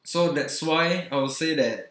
so that's why I would say that